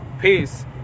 Peace